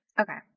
Okay